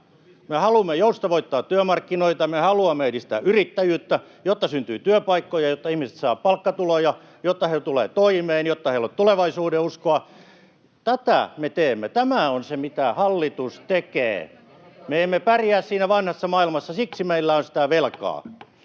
Me haluamme joustavoittaa työmarkkinoita ja me haluamme edistää yrittäjyyttä, jotta syntyy työpaikkoja, jotta ihmiset saavat palkkatuloja, jotta he tulevat toimeen ja jotta heillä on tulevaisuudenuskoa. Tätä me teemme. Tämä on se, mitä hallitus tekee. Me emme pärjää siinä vanhassa maailmassa. Siksi meillä on sitä velkaa.